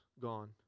gone